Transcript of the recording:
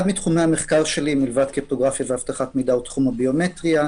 אחד מתחומי המחקר שלי הוא תחום הביומטריה.